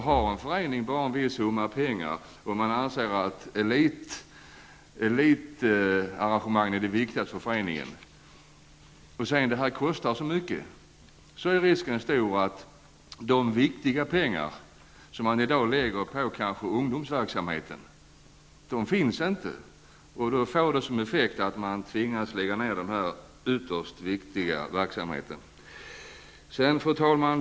Om en förening bara har en viss summa pengar, om man anser att elitarrangemangen är de viktigaste för föreningen och om det medför en stor kostnad att betala för bevakning är risken stor för att de angelägna pengar som man i dag lägger på ungdomsverksamhet inte längre finns. Effekten blir då att man tvingas lägga ned denna ytterst viktiga verksamhet. Fru talman!